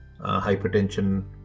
hypertension